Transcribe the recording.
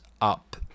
up